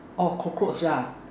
orh cockroach lah